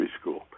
School